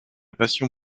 passion